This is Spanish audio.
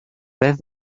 vez